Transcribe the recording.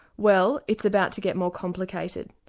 well it's about to get more complicated.